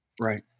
Right